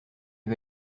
lui